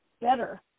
better